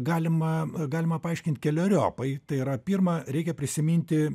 galima galima paaiškint keleriopai tai yra pirma reikia prisiminti